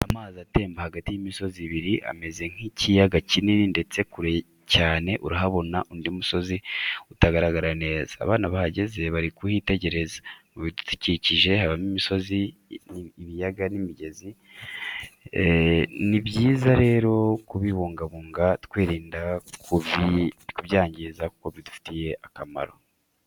Amazi atemba hagati y'imisozi ibiri ameze nk'ikiyaaga kinini ndetse kure cyane urahabona undi musozi utagaragara neza, abana bahagaze bari kuhiitegereza. Mu bidukikije habamo imisozi ibiyaga n'imigezi ni byiza rero kubibungabunga twirinda kubyangiza kuko bidufitiye akamaro.